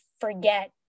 forget